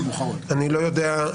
אני לא יודע,